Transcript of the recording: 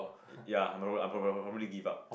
ya I pro~ probably give up